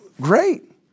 Great